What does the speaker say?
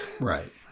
Right